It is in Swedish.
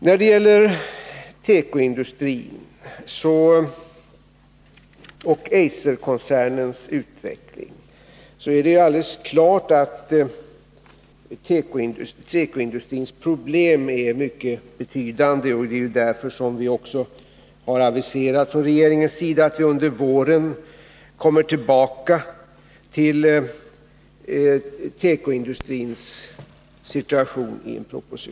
När det gäller tekoindustrin och Eiserkoncernens utveckling vill jag understryka att det är alldeles klart att tekoindustrins problem är mycket betydande. Det är därför vi från regeringens sida har aviserat att vi under våren i en proposition kommer tillbaka till tekoindustrins situation.